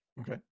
okay